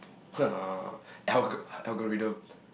algo~ algorithm